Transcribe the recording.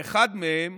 לאחד מהם